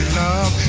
love